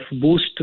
boost